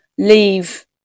leave